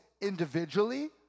individually